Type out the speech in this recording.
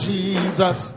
Jesus